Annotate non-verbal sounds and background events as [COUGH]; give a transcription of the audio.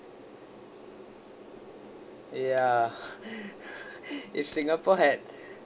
ya [LAUGHS] if singapore had